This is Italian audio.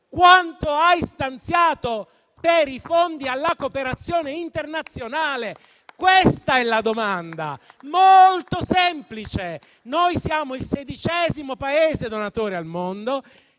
quanto hai stanziato per i fondi alla cooperazione internazionale? Questa è la domanda molto semplice. Noi siamo il sedicesimo Paese donatore al mondo